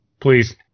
please